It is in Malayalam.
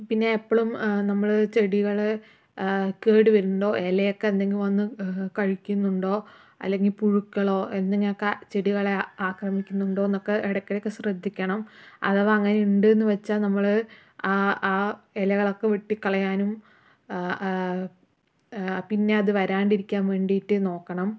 പിന്നെ എപ്പോഴും നമ്മൾ ചെടികൾ കേട് വരുന്നുണ്ടോ ഇല ഒക്കെ എന്തെങ്കിൽ വന്ന് കഴിയ്ക്കന്നുണ്ടോ അല്ലെങ്കിൽ പുഴുക്കളോ എന്തിനെ ഒക്കെ ചെടികളെ ആക്രമിയ്ക്കുന്നുണ്ടോയെന്നൊക്കെ ഇടയക്കിടയ്ക്ക് ശ്രദ്ധിക്കണം അഥവാ അങ്ങനെ ഉണ്ടെന്ന് വെച്ചാൽ നമ്മൾ ആ ഇലകളൊക്കെ വെട്ടി കളയാനും പിന്നെ അത് വരാണ്ടിരിയ്ക്കാൻ വേണ്ടീട്ട് നോക്കണം